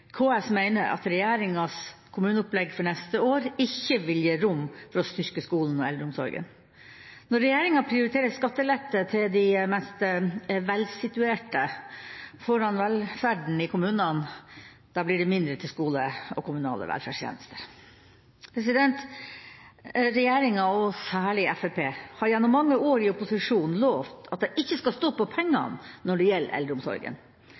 KS mener at regjeringas kommuneopplegg for neste år ikke vil gi rom for å styrke skolen og eldreomsorgen. Når regjeringa prioriterer skattelette til de mest velsituerte foran velferden i kommunene, blir det mindre til skole og kommunale velferdstjenester. Regjeringa – og særlig Fremskrittspartiet – har gjennom mange år i opposisjon lovet at det ikke skal stå på pengene når det gjelder eldreomsorgen.